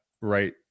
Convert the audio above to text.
right